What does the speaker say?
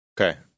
Okay